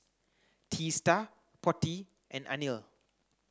Teesta Potti and Anil